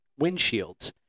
windshields